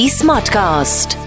smartcast